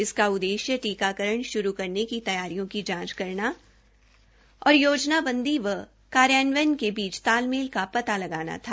इसका उददेश्य टीकाकरण शुरू करने की तैयारियों की जांच करना और योजनाबंदी और कार्यान्वयन के बीच तालमेल का पता लगाना था